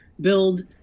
build